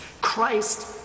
Christ